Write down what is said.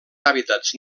hàbitats